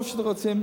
או שאתם רוצים,